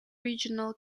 regional